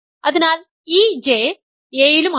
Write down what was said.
അതിനാൽ ഈ J A യിലുമാണ്